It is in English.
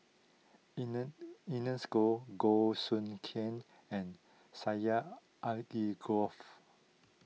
Erne Ernest Goh Goh Soo Khim and Syed Alsagoff